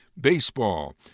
baseball